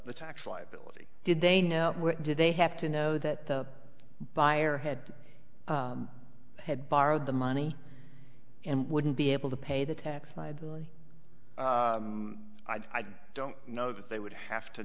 the tax liability did they know what did they have to know that the buyer had had borrowed the money and wouldn't be able to pay the tax liability i don't know that they would have to